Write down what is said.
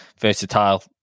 versatile